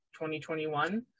2021